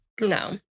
No